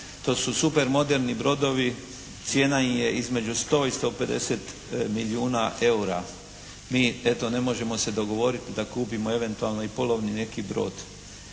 To su super moderni brodovi. Cijena im je između 100 i 150 milijuna EUR-a. Mi eto ne možemo se dogovoriti da kupimo eventualno i polovni neki brod.